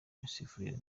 imisifurire